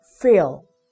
fail